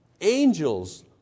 angels